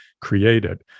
created